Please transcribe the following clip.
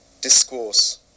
discourse